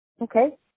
Okay